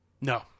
No